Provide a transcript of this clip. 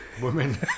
Women